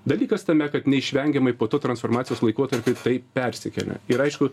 dalykas tame kad neišvengiamai po to transformacijos laikotarpy tai persikelia ir aišku